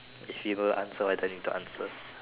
receiver answer I don't need to answer